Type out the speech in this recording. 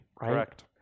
Correct